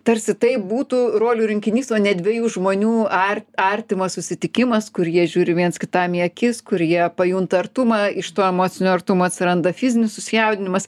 tarsi tai būtų rolių rinkinys o ne dviejų žmonių ar artimas susitikimas kur jie žiūri viens kitam į akis kur jie pajunta artumą iš to emocinio artumo atsiranda fizinis susijaudinimas